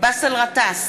באסל גטאס,